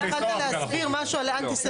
אתה התחלת להסביר משהו על אנטי סלקציה.